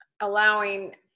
allowing